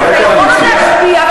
גם אם אנחנו קואליציה.